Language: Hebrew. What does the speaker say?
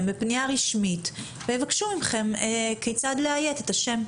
בפנייה רשמית וישאלו אתכם כיצד לאיית את השם.